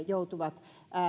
joutuvat